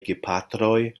gepatroj